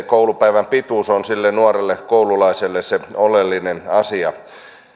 koulupäivän pituus on nuorelle koululaiselle se oleellinen asia